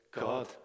God